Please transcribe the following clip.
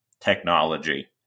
technology